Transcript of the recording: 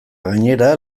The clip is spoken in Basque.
gainera